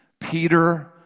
Peter